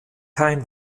kein